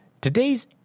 Today's